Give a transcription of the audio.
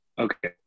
Okay